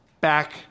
back